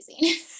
amazing